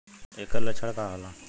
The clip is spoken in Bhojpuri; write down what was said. ऐकर लक्षण का होला?